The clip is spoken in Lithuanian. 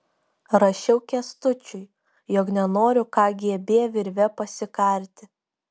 rašiau kęstučiui jog nenoriu kgb virve pasikarti